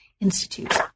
Institute